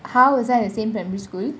how is was I in the same primary school